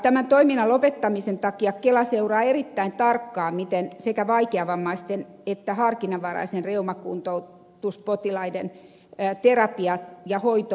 tämän toiminnan lopettamisen takia kela seuraa erittäin tarkkaan miten sekä vaikeavammaisten potilaiden että harkinnanvarainen kuntoutus terapia ja hoito laadullisesti toteutuvat